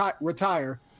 retire